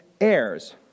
heirs